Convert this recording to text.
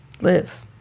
Live